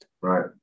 Right